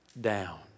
down